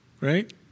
right